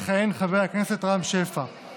יכהן חבר הכנסת רם שפע,